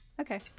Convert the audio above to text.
Okay